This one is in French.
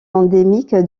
endémique